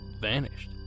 vanished